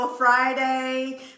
Friday